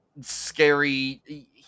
scary